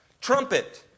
trumpet